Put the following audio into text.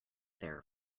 there